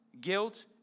guilt